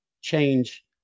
change